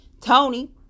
Tony